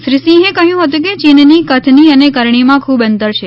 શ્રીસિંહે કહયું હતું કે ચીનની કથની અને કરણીમાં ખુબ અંતર છે